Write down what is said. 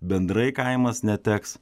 bendrai kaimas neteks